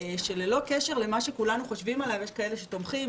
שללא קשר למה שכולנו חושבים עליו יש כאלה שתומכים,